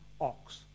ox